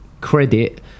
credit